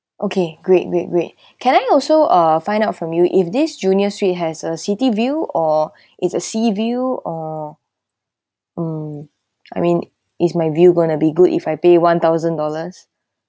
okay great great great can I also uh find out from you if this junior suite has a city view or it's a sea view or mm I mean is my view going to be good if I pay one thousand dollars